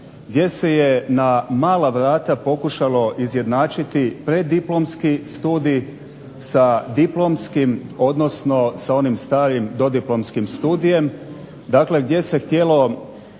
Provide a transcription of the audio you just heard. gdje se je na mala vrata pokušalo izjednačiti preddiplomski studij sa diplomskim, odnosno sa onim starim dodiplomskim studijem, dakle gdje se htjelo